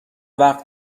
وقت